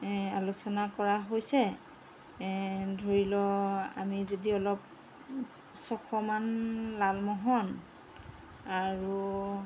আলোচনা কৰা হৈছে ধৰি ল আমি যদি অলপ ছশমান লালমোহন আৰু